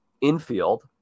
infield